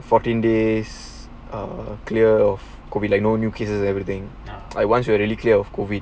fourteen days err clear off could be like no new cases everything like once you were really clear of COVID